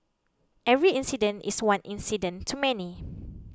every incident is one incident too many